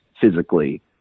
physically